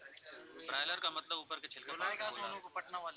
broiler क मतलब उप्पर के छिलका पांख से होला